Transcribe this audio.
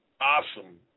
awesome